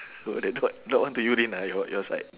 were the dog dog want to urine ah your your side